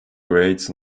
grades